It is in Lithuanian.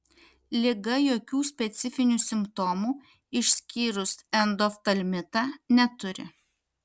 liga jokių specifinių simptomų išskyrus endoftalmitą neturi